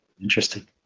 interesting